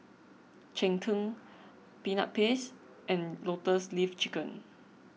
Cheng Tng Peanut Paste and Lotus Leaf Chicken